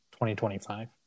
2025